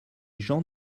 gens